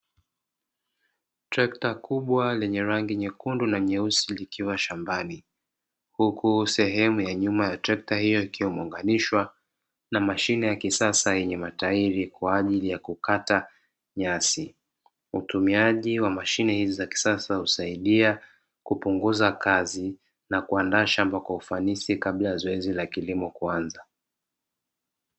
Trekta kubwa lenye rangi nyekundu na nyeusi likiwa shambani, huku sehemu ya nyuma ya trekta hiyo ikiwa imeunganishwa na mashine ya kisasa yenye matairi, kwa ajili ya kukata nyasi, utumiaji wa mashine hizi za kisasa husaidia kupunguza kazi na kuandaa shamba kwa ufanisi kabla ya zoezi la kilimo kuanza.